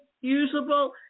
usable